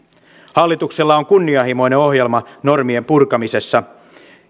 hallituksella on kunnianhimoinen ohjelma normien purkamisessa